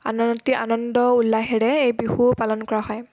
আন অতি আনন্দ উল্লাহেৰে এই বিহু পালন কৰা হয়